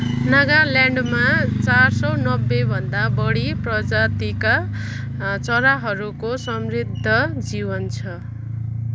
नागाल्यान्डमा चार सय नब्बेभन्दा बढी प्रजातिका चराहरूको समृद्ध जीवन छ